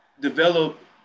develop